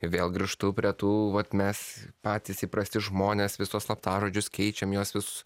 vėl grįžtu prie tų vat mes patys įprasti žmonės visus slaptažodžius keičiam juos vis